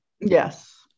Yes